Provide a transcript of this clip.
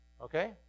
Okay